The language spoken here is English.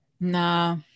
nah